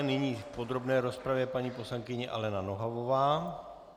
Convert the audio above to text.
Nyní v podrobné rozpravě paní poslankyně Alena Nohavová.